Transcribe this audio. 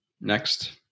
Next